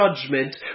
judgment